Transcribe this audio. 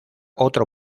otro